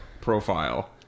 profile